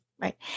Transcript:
Right